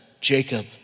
Jacob